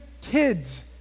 kids